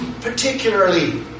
particularly